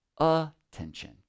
attention